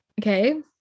okay